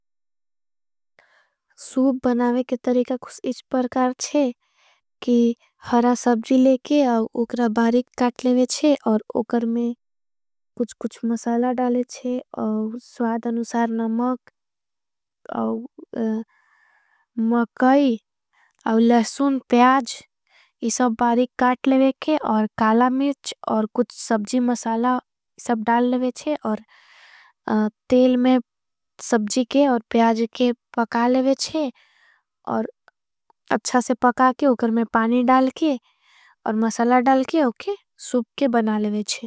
सूप बनावे के तरीका कुछ इच परकार छे की हरा सबजी। लेके और उकरा बारीक काट लेवे छे और उकर में कुछ। कुछ मसाला डाले छे और स्वाद अनुसार नमक मकई। लहसुन प्याज इसा बारीक काट लेवे छे और काला मिर्च। और कुछ सबजी मसाला सब डाले लेवे छे और तेल में सबजी। के और प्याज के पका लेवे छे और अच्छा से पका के उकर। में पानी डाल के और मसाला डाल के उके सूप के बना लेवे छे।